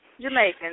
Jamaican